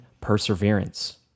perseverance